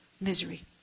misery